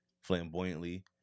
flamboyantly